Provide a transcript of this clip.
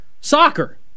soccer